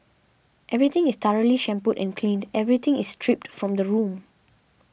everything is thoroughly shampooed and cleaned everything is stripped from the room